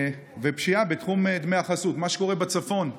פשיעה בתחום דמי החסות, מה שקורה בצפון היום.